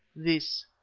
this.